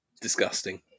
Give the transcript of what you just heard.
Disgusting